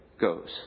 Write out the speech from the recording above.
goes